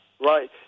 right